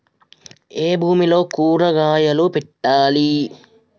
ఏ భూమిలో కూరగాయలు పెట్టాలి?